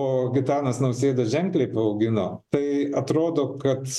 o gitanas nausėda ženkliai paaugino tai atrodo kad